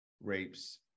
rapes